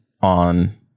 on